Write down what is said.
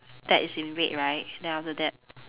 that is in red right then after that